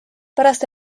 pärast